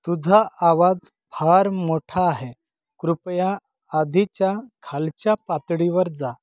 तुझा आवाज फार मोठा आहे कृपया आधीच्या खालच्या पातळीवर जा